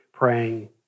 praying